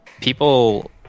people